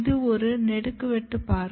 இது ஒரு நெடுக்குவெட்டு பார்வை